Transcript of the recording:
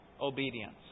obedience